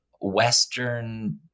Western